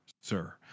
sir